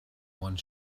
one